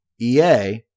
EA